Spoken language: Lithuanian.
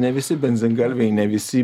ne visi benzingalviai ne visi